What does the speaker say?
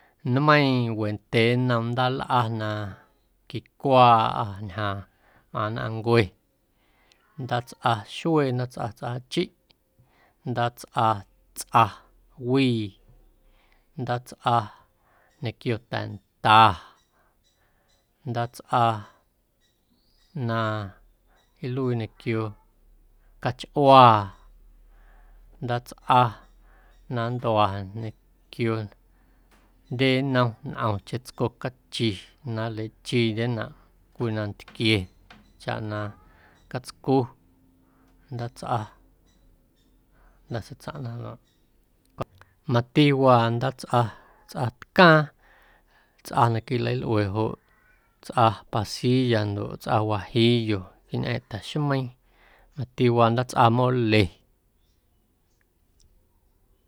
Nmeiiⁿ wendyee nnom ndaalꞌa na quicwaaꞌâ ñjaaⁿ mꞌaⁿ nnꞌaⁿncue ndaatsꞌa xuee ndaatsꞌa tsꞌaachiꞌ, ndaatsꞌa tsꞌawii, ndaatsꞌa ñequio tanda, ndaatsꞌa na nluii ñequio cachꞌuaa, ndaatsꞌa na nntua ñequio jndye nnom ntꞌomcheⁿ tsco cachi na nleichiindyenaꞌ cwii nantquie chaꞌ na catscu, jnda̱ seitsaⁿꞌnaꞌ ja luaaꞌ cwa, mati waa ndaatsꞌa tsꞌatcaaⁿ tsꞌa na quilalꞌue joꞌ tsꞌa pasilla ndoꞌ tsꞌa wajillo quiñꞌeeⁿꞌ ta̱xmeiiⁿ mati waa ndaatsꞌa mole.